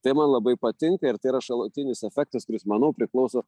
tai man labai patinka ir tai yra šalutinis efektas kuris manau priklauso